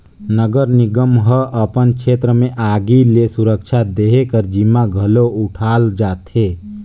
नगर निगम ह अपन छेत्र में आगी ले सुरक्छा देहे कर जिम्मा घलो उठाल जाथे